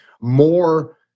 more